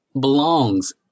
belongs